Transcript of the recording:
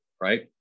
right